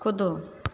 कूदू